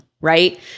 right